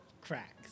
Cracks